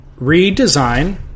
redesign